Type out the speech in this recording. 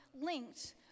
linked